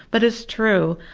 but it's true.